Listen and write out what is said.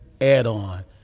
add-on